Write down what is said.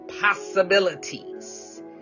possibilities